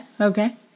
okay